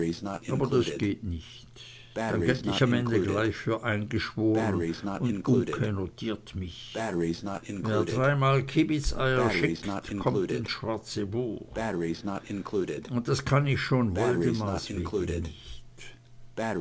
aber das geht nicht dann gelt ich am ende gleich für eingeschworen und uncke notiert mich wer dreimal kiebitzeier schickt kommt ins schwarze buch und das kann ich schon woldemars wegen nicht